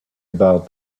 about